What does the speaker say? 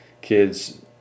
kids